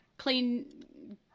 clean